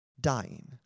dying